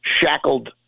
shackled